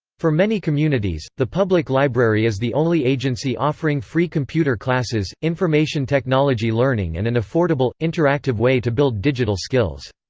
for many communities, the public library is the only agency offering free computer classes, information technology learning and an affordable, interactive way to build digital skills.